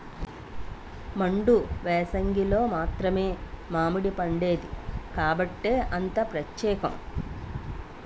మండు ఏసంగిలో మాత్రమే మావిడిపండేది కాబట్టే అంత పచ్చేకం